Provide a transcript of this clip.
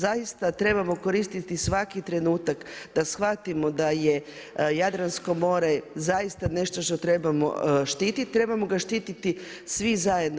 Zaista trebamo koristiti svaki trenutak da shvatimo da je Jadransko more zaista nešto što trebamo štititi, trebamo ga štititi svi zajedno.